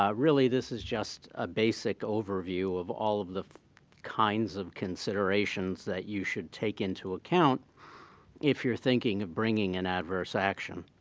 ah really this is just a basic overview of all of the kinds of considerations that you should take into account if you're thinking of bringing an adverse action.